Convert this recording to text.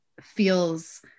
feels